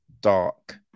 dark